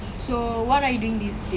so what are you doing these days